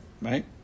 Right